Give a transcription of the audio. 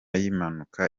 y’impanuka